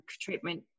treatment